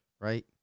Right